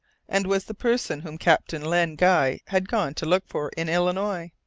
and was the person whom captain len guy had gone to look for in illinois!